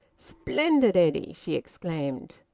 splendid, eddy! she exclaimed.